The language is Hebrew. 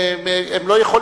והם לא עושים ביטוח,